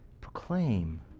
proclaim